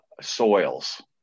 soils